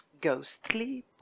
ghostly